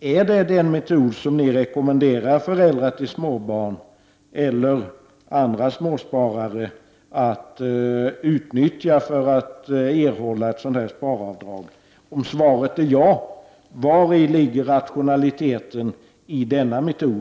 Är detta den metod som ni rekommenderar för föräldrar till småbarn och andra småsparare att utnyttja för att erhålla ett sparavdrag? Om svaret är ja, vari ligger rationaliteten i denna metod?